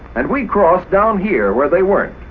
and we crossed down here where they weren't.